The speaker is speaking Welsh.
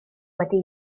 wedi